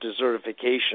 desertification